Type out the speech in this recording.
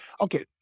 okay